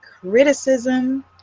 criticism